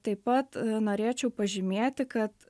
taip pat norėčiau pažymėti kad